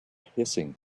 hissing